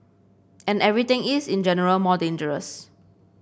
and everything is in general more dangerous